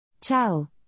Ciao